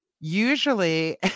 Usually